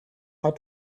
hat